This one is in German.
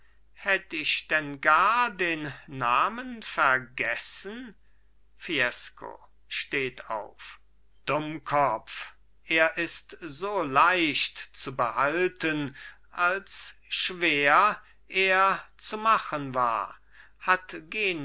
hätt ich denn gar den namen vergessen fiesco steht auf dummkopf er ist so leicht zu behalten als schwer er zu machen war hat